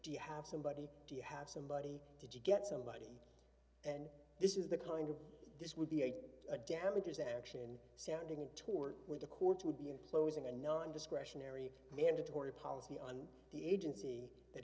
do you have somebody do you have somebody did you get somebody and this is the kind of this would be a a damages action sounding toward where the courts would be employing a nondiscretionary mandatory policy on the agency that